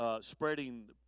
spreading